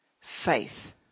faith